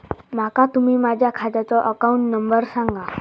माका तुम्ही माझ्या खात्याचो अकाउंट नंबर सांगा?